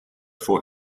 for